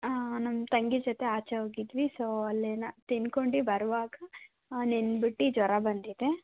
ಹಾಂ ನಮ್ಮ ತಂಗಿ ಜೊತೆ ಆಚೆ ಹೋಗಿದ್ವಿ ಸೊ ಅಲ್ಲೇನು ತಿನ್ಕೊಂಡು ಬರುವಾಗ ನೆನ್ಬಿಟ್ಟು ಜ್ವರ ಬಂದಿದೆ